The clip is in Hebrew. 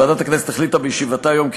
ועדת הכנסת החליטה בישיבתה היום כי